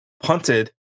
punted